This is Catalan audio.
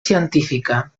científica